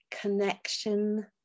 connection